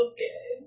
Okay